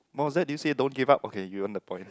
Mozat did you say don't give up okay you earn the point